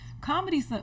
comedy